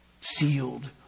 sealed